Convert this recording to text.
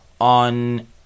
on